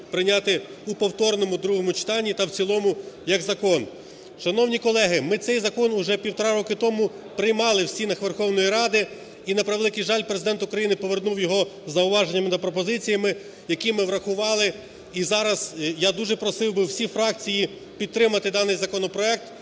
прийняти у повторному другому читанні та в цілому як закон. Шановні колеги, ми цей закон вже півтора року тому приймали в стінах Верховної Ради, і, на превеликий жаль, Президент України повернув його із зауваженнями та пропозиціями, які ми врахували. І зараз я дуже просив би всі фракції підтримати даний законопроект,